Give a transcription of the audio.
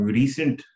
recent